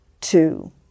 two